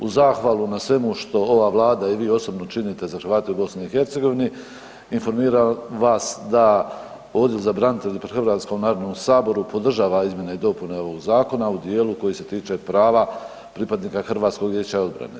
U zahvalu na svemu što ova vlada i vi osobno činite za Hrvate u BiH informiram vas da Odjel za branitelje pri Hrvatskom narodnom saboru podržava izmjene i dopune ovog zakona u dijelu koji se tiče prava pripadnika HVO-a.